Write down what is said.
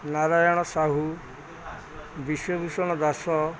Narayan Sahu Biswabhusan Das